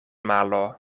malo